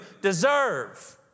deserve